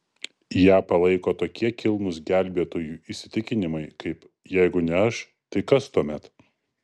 ją palaiko tokie kilnūs gelbėtojų įsitikinimai kaip jeigu ne aš tai kas tuomet